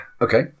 Okay